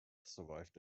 survived